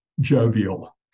jovial